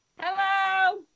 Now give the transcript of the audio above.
Hello